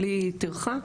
בלי טרחה.